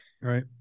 right